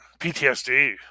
ptsd